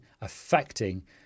affecting